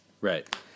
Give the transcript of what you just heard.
Right